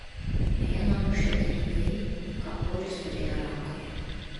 mėnuo nušvietė ir tai ką odžius turėjo rankoje